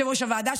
יושב-ראש הוועדה,